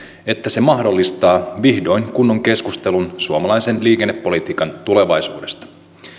että se mahdollistaa vihdoin kunnon keskustelun suomalaisen liikennepolitiikan tulevaisuudesta